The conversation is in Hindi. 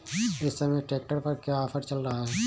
इस समय ट्रैक्टर पर क्या ऑफर चल रहा है?